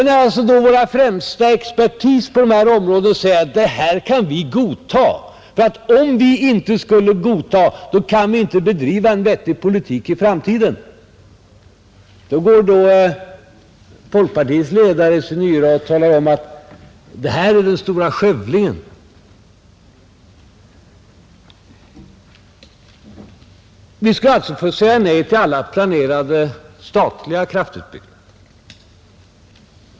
När vår främsta expertis på området säger att ”detta kan vi godta, ty om vi inte gör det kan vi inte bedriva en vettig politik i framtiden” talar folkpartiets ledare i sin yra om att detta är den stora skövlingen. Vi skulle alltså få säga nej till alla planerade statliga kraftutbyggnader.